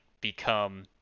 become